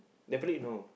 definitely no